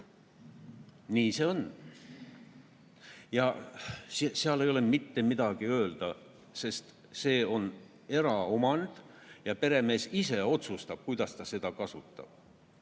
Nii see on. Seal ei ole mitte midagi öelda, sest see on eraomand ja peremees ise otsustab, kuidas ta seda kasutab.